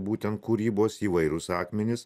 būtent kūrybos įvairūs akmenys